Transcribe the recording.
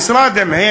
משרד עם ה"א,